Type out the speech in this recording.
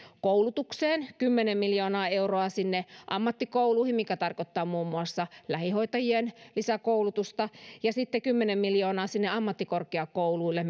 koulutukseen kymmenen miljoonaa euroa sinne ammattikouluihin mikä tarkoittaa muun muassa lähihoitajien lisäkoulutusta ja sitten kymmenen miljoonaa sinne ammattikorkeakouluille